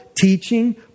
teaching